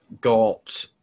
got